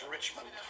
Richmond